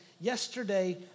yesterday